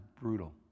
brutal